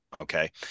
Okay